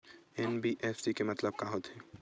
NBFC के मतलब का होथे?